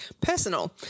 personal